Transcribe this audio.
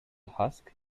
husk